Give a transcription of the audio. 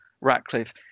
Ratcliffe